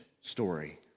story